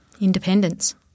Independence